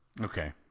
Okay